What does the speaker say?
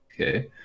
okay